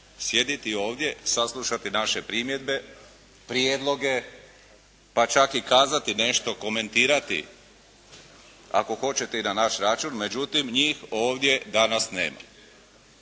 sjediti ovdje, saslušati naše primjedbe, prijedloge, pa čak i kazati nešto, komentirati ako hoćete i na naš račun, međutim njih ovdje danas nema